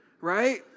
right